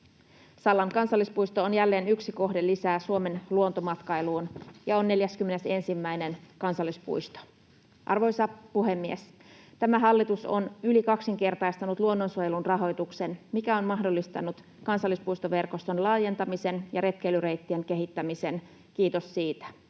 Sallan kansallispuisto on jälleen yksi kohde lisää Suomen luontomatkailuun ja on 41. kansallispuisto. Arvoisa puhemies! Tämä hallitus on yli kaksinkertaistanut luonnonsuojelun rahoituksen, mikä on mahdollistanut kansallispuistoverkoston laajentamisen ja retkeilyreittien kehittämisen — kiitos siitä.